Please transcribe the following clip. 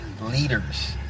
leaders